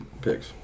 picks